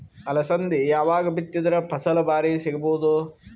ಅಲಸಂದಿ ಯಾವಾಗ ಬಿತ್ತಿದರ ಫಸಲ ಭಾರಿ ಸಿಗಭೂದು?